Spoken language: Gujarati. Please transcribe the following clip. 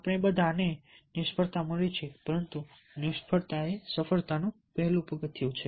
આપણે બધા ને નિષ્ફળતા મળી છે પરંતુ નિષ્ફળતા એ સફળતાનું પગથિયું છે